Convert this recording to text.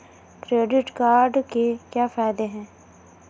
Credit card के क्या फायदे हैं?